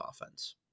offense